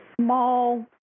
small